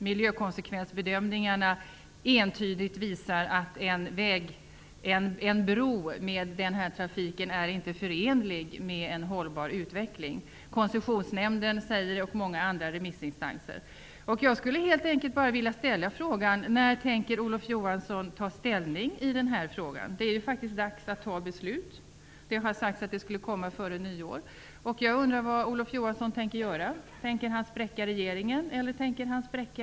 Miljökonsekvensbedömningarna visar entydigt att en bro med denna trafik inte är förenlig med en hållbar utveckling. Detta säger Koncessionsnämnden och många andra remissinstanser. När tänker Olof Johansson ta ställning i den frågan? Det är faktiskt dags att fatta beslut. Det har sagts att beslutet skall komma före nyår. Jag undrar vad Olof Johansson tänker göra. Tänker han spräcka regeringen, eller tänker han spräcka